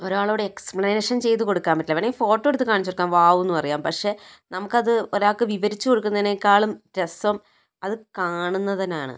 ഒരാളോട് എക്സ്പ്ലനേഷൻ ചെയ്തു കൊടുക്കാൻ പറ്റില്ല വേണമെങ്കിൽ ഫോട്ടോ എടുത്ത് കാണിച്ച് കൊടുക്കാം വൗ എന്ന് പറയാം പക്ഷെ നമുക്കത് ഒരാൾക്ക് വിവരിച്ച് കൊടുക്കുന്നതിനേക്കാളും രസം അത് കാണുന്നതിനാണ്